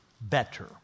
better